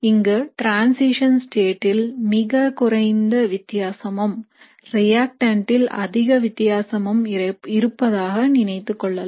இங்கு transition state ல் மிக குறைந்த வித்தியாசமும் reactant ல் அதிக வித்தியாசமும் இருப்பதாக நினைத்துக் கொள்ளலாம்